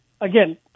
again